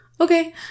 Okay